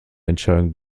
entscheidung